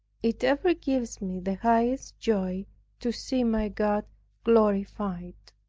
it ever gives me the highest joy to see my god glorified.